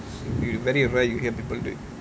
you very rare you hear people do it